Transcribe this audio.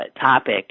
topic